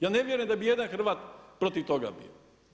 Ja ne vjerujem da bi ijedan Hrvat protiv toga bio.